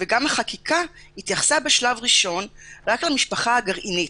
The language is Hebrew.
וגם החקיקה התייחסה בשלב ראשון רק למשפחה הגרעינית,